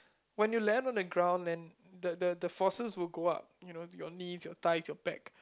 when you land on the ground and the the the forces will go up you know your knees your thighs your back